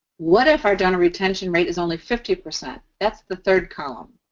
what if our donor retention rate is only fifty percent? that's the third column.